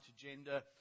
agenda